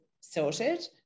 sorted